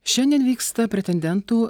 šiandien vyksta pretendentų